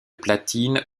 platine